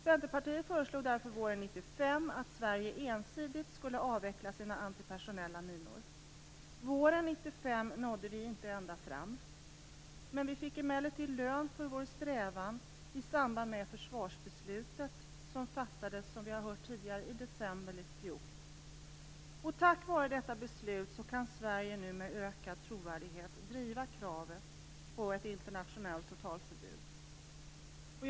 Centerpartiet föreslog därför våren 1995 att Sverige ensidigt skulle avveckla sina antipersonella minor. Då nådde vi inte ända fram, men vi fick emellertid lön för vår strävan i samband med försvarsbeslutet som fattades i december i fjol. Tack vare detta beslut kan Sverige nu med ökad trovärdighet driva kravet på ett internationellt förbud.